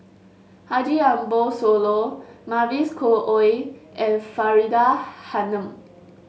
Haji Ambo Sooloh Mavis Khoo Oei and Faridah Hanum